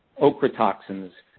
ochratoxins,